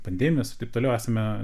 pandemijos ir taip toliau esame